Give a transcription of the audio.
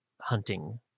hunting